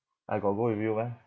I got go with you meh